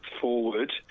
forward